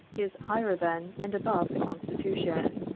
is higher than, and above the constitution.